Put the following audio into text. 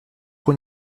when